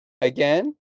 Again